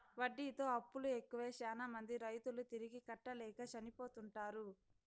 వడ్డీతో అప్పులు ఎక్కువై శ్యానా మంది రైతులు తిరిగి కట్టలేక చనిపోతుంటారు